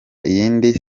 iyindi